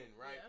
right